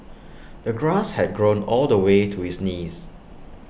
the grass had grown all the way to his knees